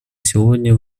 сегодня